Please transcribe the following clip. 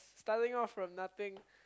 starting off from nothing